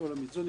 זו נקודה אחת.